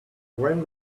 when